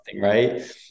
right